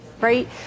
right